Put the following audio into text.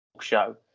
show